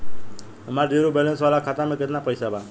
हमार zero balance वाला खाता में केतना पईसा बा?